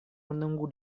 menunggu